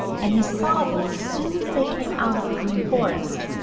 and he saw them as soon as they came out of the green forest.